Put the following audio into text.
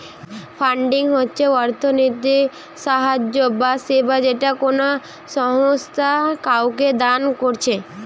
funding হচ্ছে অর্থনৈতিক সাহায্য বা সেবা যেটা কোনো সংস্থা কাওকে দান কোরছে